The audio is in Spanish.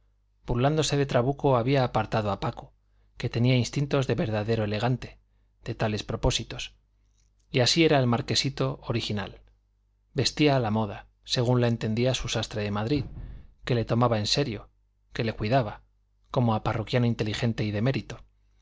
burlándose de trabuco había apartado a paco que tenía instintos de verdadero elegante de tales propósitos y así era el marquesito original vestía a la moda según la entendía su sastre de madrid que le tomaba en serio que le cuidaba como a parroquiano inteligente y de mérito